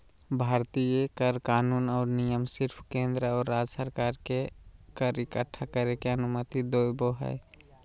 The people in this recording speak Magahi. भारतीय कर कानून और नियम सिर्फ केंद्र और राज्य सरकार के कर इक्कठा करे के अनुमति देवो हय